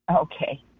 Okay